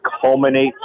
culminate